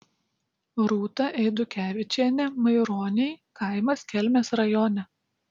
rūta eidukevičienė maironiai kaimas kelmės rajone